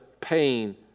pain